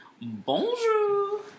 Bonjour